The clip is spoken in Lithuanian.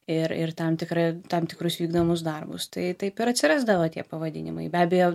ir ir tam tikra tam tikrus vykdomus darbus tai taip ir atsirasdavo tie pavadinimai be abejo